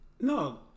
No